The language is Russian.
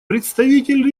представитель